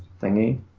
thingy